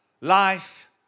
life